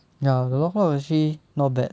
ya the lok lok actually not bad